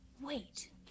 wait